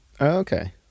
Okay